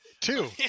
Two